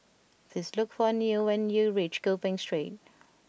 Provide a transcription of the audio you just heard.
please look for Newt when you reach Gopeng Street